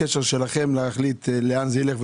נראה לך שהחסידים שלהם ילכו לשמור